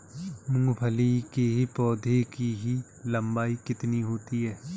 मूंगफली के पौधे की लंबाई कितनी होती है?